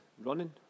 running